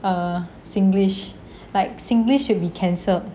err singlish like singlish should be cancelled